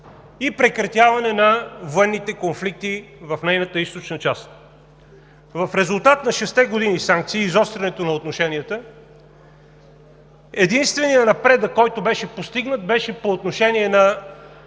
и прекратяване на военните конфликти в нейната източна част. В резултат на шестте години санкции и изострянето на отношенията единственият напредък, който беше постигнат, беше по отношение на